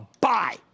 buy